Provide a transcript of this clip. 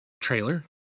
trailer